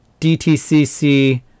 dtcc